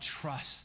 trust